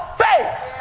faith